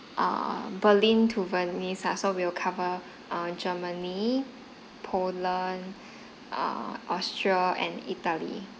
err berlin to venice uh so we will cover err germany poland err austria and italy